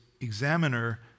examiner